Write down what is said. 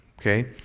Okay